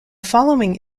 following